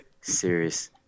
serious